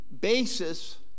basis